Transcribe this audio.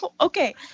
Okay